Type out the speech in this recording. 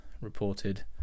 reported